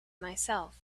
myself